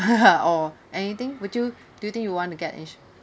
or anything would you do you think you want to get ins~